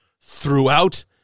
throughout